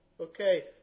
Okay